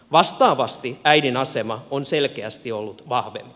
vastaavasti äidin asema on selkeästi ollut vahvempi